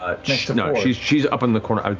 ah no, she's she's up in the corner.